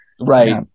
Right